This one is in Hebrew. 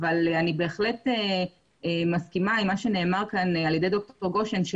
אבל אני בהחלט מסכימה עם מה שנאמר כאן על ידי ד"ר גשן,